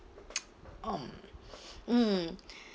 um